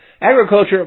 Agriculture